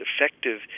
effective